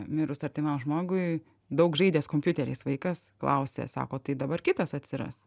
mirus artimam žmogui daug žaidęs kompiuteriais vaikas klausė sako tai dabar kitas atsiras